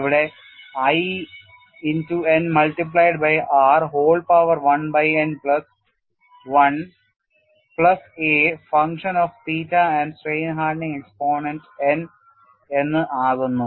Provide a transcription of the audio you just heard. അവിടെ I n multiplied by r whole power 1 by n plus 1 plus a function of theta and strain hardening exponent n എന്ന് ആകുന്നു